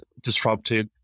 disruptive